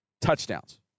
touchdowns